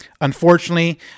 Unfortunately